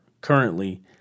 currently